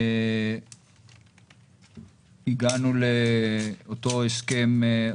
הגענו לאותו הסכם,